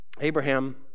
Abraham